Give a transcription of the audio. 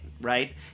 right